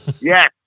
Yes